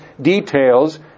details